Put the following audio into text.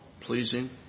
pleasing